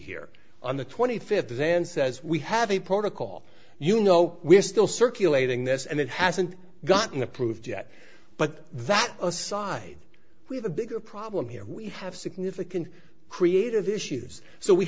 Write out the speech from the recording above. here on the twenty fifth and says we have a protocol you know we're still circulating this and it hasn't gotten approved yet but that aside we have a bigger problem here we have significant creative issues so we